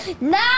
now